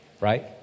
right